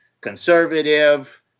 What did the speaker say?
conservative